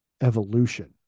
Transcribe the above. evolution